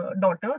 daughter